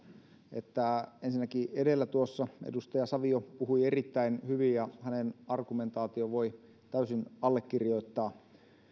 että ensinnäkin edellä tuossa edustaja savio puhui erittäin hyvin ja hänen argumentaationsa voi täysin allekirjoittaa